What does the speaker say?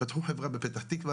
פתחו חברה בפתח-תקווה.